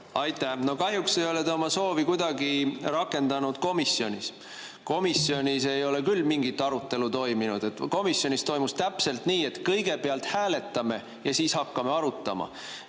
Aitäh! Kahjuks ei ole te oma soovi kuidagi rakendanud komisjonis, seal ei ole küll mingit arutelu toimunud. Komisjonis oli täpselt nii, et kõigepealt hääletame ja siis hakkame arutama.